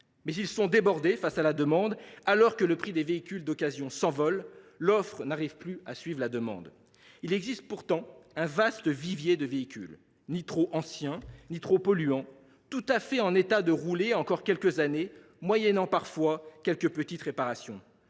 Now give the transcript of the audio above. Mais ils sont débordés face à la demande. Alors que le prix des véhicules d’occasion s’envole, l’offre n’arrive plus à suivre la demande. Il existe pourtant un vaste vivier de véhicules, ni trop anciens, ni trop polluants, tout à fait en état de rouler encore quelques années, moyennant parfois quelques petites réparations.